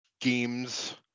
games